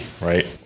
right